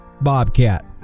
Bobcat